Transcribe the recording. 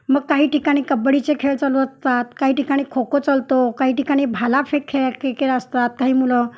मग काही ठिकाणी कबड्डीचे खेळ चालू असतात काही ठिकाणी खो खो चालतो काही ठिकाणी भालाफेक खेळ के खेळ असतात काही मुलं